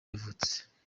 yavutse